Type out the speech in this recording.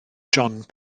john